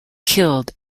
killed